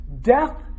death